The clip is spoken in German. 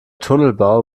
tunnelbau